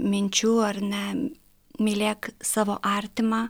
minčių ar ne mylėk savo artimą